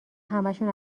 همشون